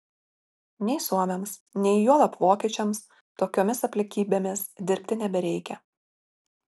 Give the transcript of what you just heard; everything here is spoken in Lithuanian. nei suomiams nei juolab vokiečiams tokiomis aplinkybėmis dirbti nebereikia